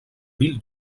ville